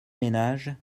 ménages